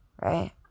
Right